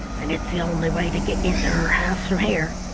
and it's the only way to get into her house from here.